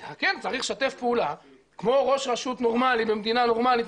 אתה כן צריך לשתף פעולה כמו ראש רשות נורמלית במדינה נורמלית,